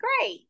great